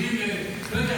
לא יודע,